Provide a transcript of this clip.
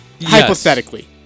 hypothetically